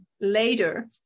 later